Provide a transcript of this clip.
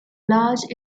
large